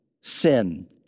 sin